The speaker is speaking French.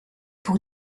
pour